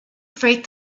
freight